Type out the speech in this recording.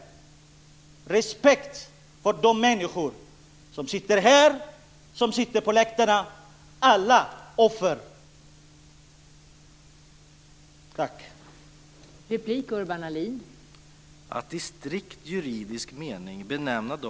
Visa respekt för de människor som sitter här i kammaren och på läktarna, för alla offer.